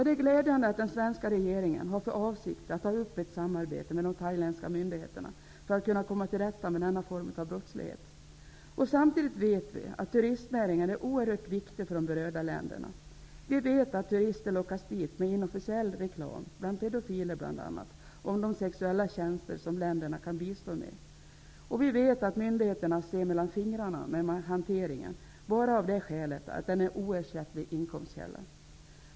Det är glädjande att den svenska regeringen har för avsikt att ta upp ett samarbete med de thailänska myndigheterna för att komma till rätta med denna form av brottslighet. Samtidigt vet vi att turistnäringen är oerhört viktig för de berörda länderna. Vi vet att turister lockas dit med inofficiell reklam om de sexuella tjänster som länderna kan bistå med. Och vi vet att myndigheterna ser mellan fingrarna med hanteringen bara av det skälet att den är en oersättlig inkomstkälla.